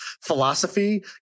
philosophy